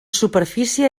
superfície